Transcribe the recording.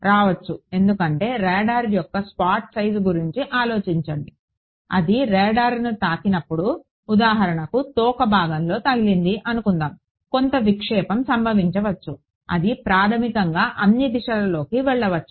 రావచ్చు ఎందుకంటే రాడార్ యొక్క స్పాట్ సైజు గురించి ఆలోచించండి అది రాడార్ని తాకినప్పుడు ఉదాహరణకు తోక భాగంలో తగిలింది అనుకుందాము కొంత విక్షేపం సంభవించవచ్చు అది ప్రాథమికంగా అన్ని దిశలలోకి వెళ్ళవచ్చు